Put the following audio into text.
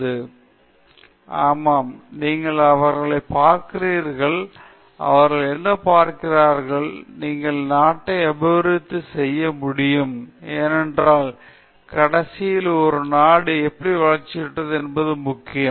பிராக்யன் ஆமாம் நீங்கள் அவர்களைப் பார்க்கிறீர்கள் அவர்கள் என்ன பார்க்கிறார்கள் நீங்கள் நாட்டை அபிவிருத்தி செய்ய முடியும் ஏனென்றால் கடைசியில் ஒரு நாடு எப்படி வளர்ச்சியுற்றது என்பதுதான் முக்கியம்